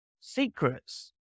secrets